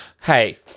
Hey